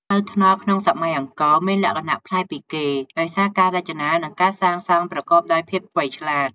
ផ្លូវថ្នល់ក្នុងសម័យអង្គរមានលក្ខណៈប្លែកពីគេ ដោយសារការរចនា និងការសាងសង់ប្រកបដោយភាពវៃឆ្លាត។